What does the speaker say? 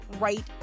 right